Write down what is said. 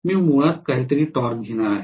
मी मुळात काहीतरी टॉर्क घेणार आहे